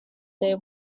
they